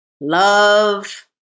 love